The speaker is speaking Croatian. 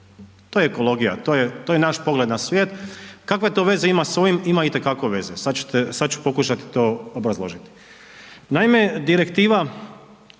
To je ekologija, to je naš pogled na svijet. Kakve to veze ima s ovim? Ima itekako veze, sad ću pokušati to obrazložiti. Naime, direktiva